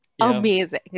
amazing